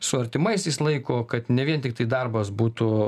su artimaisiais laiko kad ne vien tiktai darbas būtų